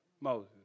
Moses